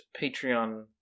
Patreon